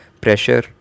pressure